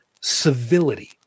civility